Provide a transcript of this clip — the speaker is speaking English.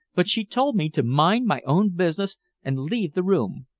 but she told me to mind my own business and leave the room.